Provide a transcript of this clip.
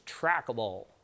trackable